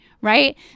right